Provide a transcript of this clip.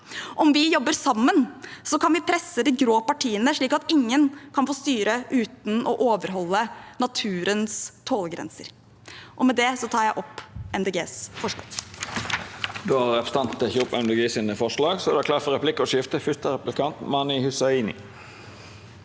Om vi jobber sammen, kan vi presse de grå partiene, slik at ingen kan få styre uten å overholde naturens tålegrenser. Med det tar jeg opp Miljøpartiet